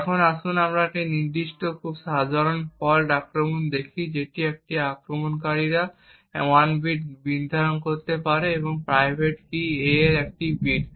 এখন আসুন আমরা একটি নির্দিষ্ট এবং খুব সাধারণ ফল্ট আক্রমণ দেখি যেখানে একজন আক্রমণকারী 1 বিট নির্ধারণ করতে পারে যা প্রাইভেট কী a এর 1 বিট